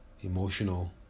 emotional